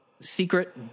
secret